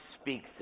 speaks